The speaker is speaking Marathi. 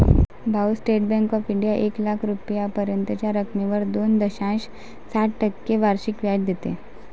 भाऊ, स्टेट बँक ऑफ इंडिया एक लाख रुपयांपर्यंतच्या रकमेवर दोन दशांश सात टक्के वार्षिक व्याज देते